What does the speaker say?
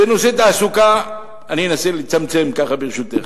בנושא תעסוקה, אני אנסה לצמצם, ברשותך.